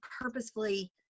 purposefully